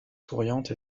souriante